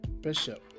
Bishop